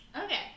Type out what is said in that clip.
okay